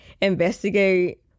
investigate